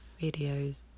videos